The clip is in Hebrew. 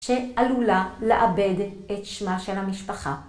שעלולה לאבד את שמה של המשפחה.